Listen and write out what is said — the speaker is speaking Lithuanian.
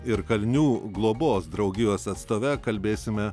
ir kalinių globos draugijos atstove kalbėsime